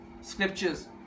scriptures